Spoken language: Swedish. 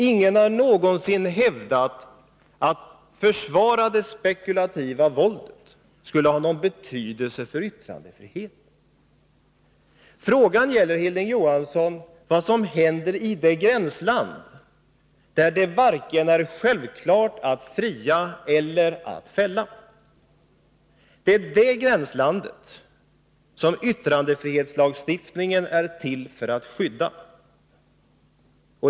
Ingen har någonsin heller hävdat att det spekulativa våldet skulle ha någon betydelse för yttrandefriheten. Frågan gäller, Hilding Johansson, vad som händer i det gränsland där det är osäkert, om man skall fria eller fälla. Det är det gränslandet som yttrandefrihetslagstiftningen är till för att skydda.